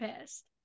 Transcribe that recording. pissed